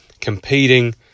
competing